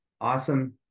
Awesome